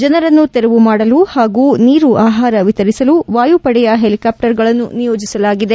ಜನರನ್ನು ತೆರವು ಮಾಡಲು ಹಾಗೂ ನೀರು ಆಹಾರ ವಿತರಿಸಲು ವಾಯುಪಡೆಯ ಹೆಲಿಕಾಫ್ಟರ್ಗಳನ್ನು ನಿಯೋಜಿಸಲಾಗಿದೆ